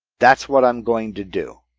that's what i'm going to do.